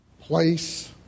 place